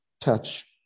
touch